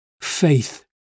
faith